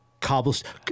cobblestone